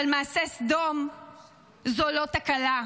אבל מעשה סדום זה לא תקלה,